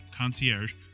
concierge